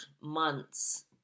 months